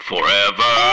Forever